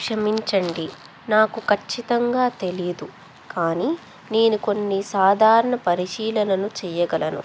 క్షమించండి నాకు ఖచ్చితంగా తెలీదు కానీ నేను కొన్ని సాధారణ పరిశీలను చేయగలను